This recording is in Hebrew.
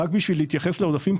רק בשביל להתייחס לעודפים,